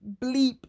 bleep